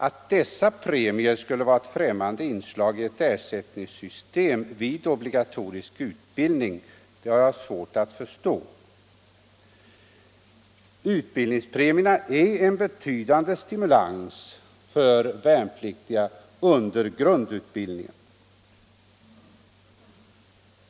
Att dessa premier skulle vara ett främmande inslag i ett ersättningssystem vid obligatorisk utbildning har jag svårt att förstå. Utbildningspremierna är en betydande stimulans för de värnpliktiga under grundutbildningen.